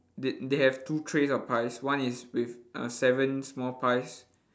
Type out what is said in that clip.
they they have two trays of pies one is with uh seven small pies